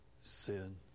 sin